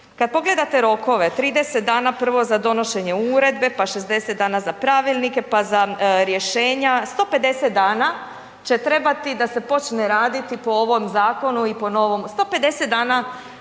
kad pogledate rokove 30 dana prvo za donošenje uredbe, pa 60 dana za pravilnike, pa za rješenja, 150 dana će trebati da se počne raditi po ovom zakonu i po novom, 150 dana